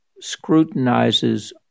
scrutinizes